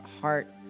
heart